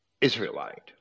Israelite